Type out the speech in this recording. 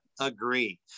agree